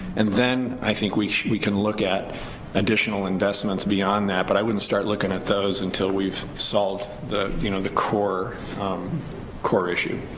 and then i think we we can look at additional investments beyond that, but i wouldn't start looking at those until we've solved the you know the core um core issue.